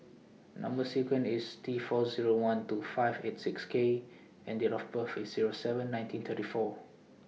Number sequence IS T four Zero one two five eight six K and Date of birth IS Zero seven May nineteen thirty four